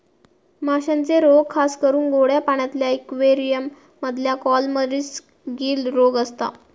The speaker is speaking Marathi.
माश्यांचे रोग खासकरून गोड्या पाण्यातल्या इक्वेरियम मधल्या कॉलमरीस, गील रोग असता